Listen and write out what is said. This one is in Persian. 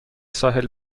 ساحل